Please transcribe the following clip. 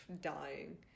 dying